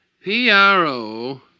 P-R-O